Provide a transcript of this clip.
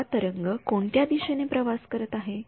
हा तरंग कोणत्या दिशेने प्रवास करत आहे